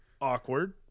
awkward